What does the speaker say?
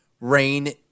rain